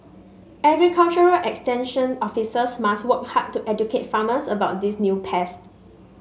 agriculture extension officers must work hard to educate farmers about these new pests